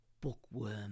Bookworm